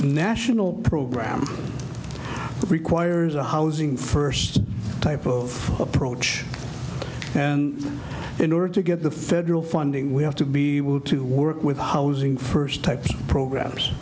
national program requires a housing first type of approach and in order to get the federal fund we have to be able to work with housing first type programs